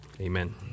amen